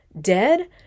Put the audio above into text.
dead